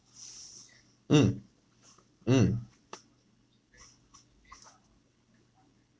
mm mm